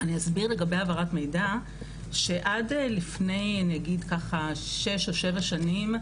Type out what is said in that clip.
אני אסביר לגבי העברת מידע שעד לפני נגיד ככה שש או שבע שנים,